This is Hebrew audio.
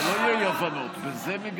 זה העמדה של ועדת השרים.